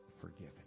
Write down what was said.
forgiven